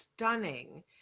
Stunning